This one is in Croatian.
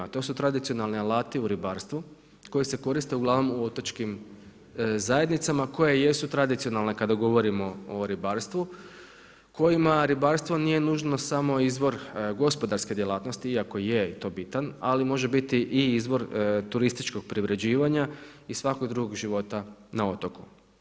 To su tradicionalni alati u ribarstvu, koji se koriste uglavnom u otočkim zajednicama, koje jesu tradicionalne kada govorimo o ribarstvu, kojima ribarstvo nije nužno samo izvor gospodarske djelatnosti iako je i to bitan, ali može biti i izvor turističkog preuređivanja i svakog drugog života na otoku.